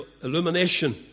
illumination